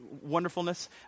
wonderfulness